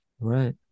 Right